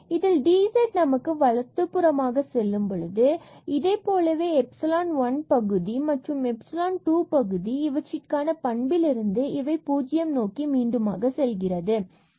இதில் dz நமக்கு வலதுபுறமாக செல்லும் பொழுது பின்பு இதைப் போலவே epsilon 1 பகுதி மற்றும் இந்த epsilon 2 பகுதி இவற்றிற்கான பண்பிலிருந்து இவை பூஜ்ஜியம் நோக்கி மீண்டுமாக செல்கிறது